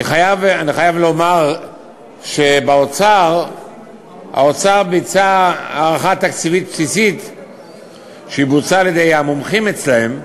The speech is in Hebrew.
אני חייב לומר שהאוצר ביצע הערכה תקציבית בסיסית על-ידי המומחים אצלם,